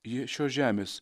ji šios žemės